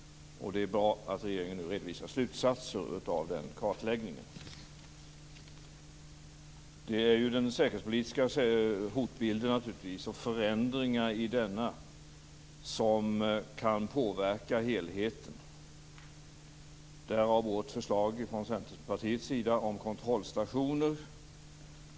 Det är bra att regeringen nu redovisar slutsatser av den kartläggningen. Det är förändringar i den säkerhetspolitiska hotbilden som kan påverka helheten. Vi har ett förslag från Centerpartiets sida om kontrollstationer.